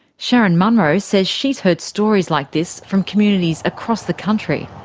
sharyn munro says she's heard stories like this from communities across the country.